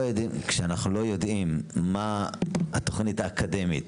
כשאנחנו לא יודעים מה התוכנית האקדמית